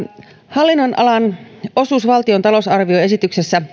hallinnonalan osuus valtion talousarvioesityksessä